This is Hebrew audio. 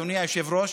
אדוני היושב-ראש,